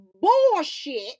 bullshit